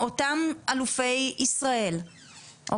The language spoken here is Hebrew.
שאותם אלופי ישראל הם,